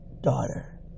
daughter